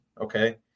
Okay